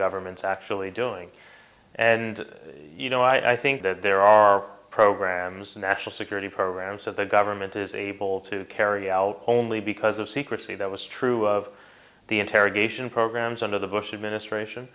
government's actually doing and you know i think that there are programs national security programs so the government is able to carry out only because of secrecy that was true of the interrogation programs under the bush administration